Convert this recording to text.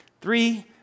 Three